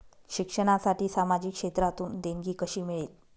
शिक्षणासाठी सामाजिक क्षेत्रातून देणगी कशी मिळेल?